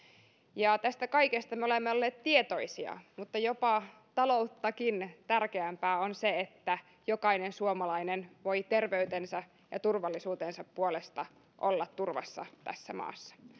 ja tästä kaikesta me olemme olleet tietoisia mutta jopa talouttakin tärkeämpää on se että jokainen suomalainen voi terveytensä ja turvallisuutensa puolesta olla turvassa tässä maassa